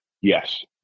Yes